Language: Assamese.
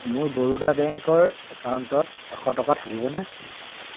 মোৰ বৰোদা বেংকৰ একাউণ্টত এশ টকা থাকিবনে